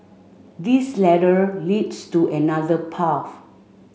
this ladder leads to another path